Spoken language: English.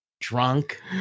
drunk